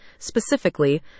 Specifically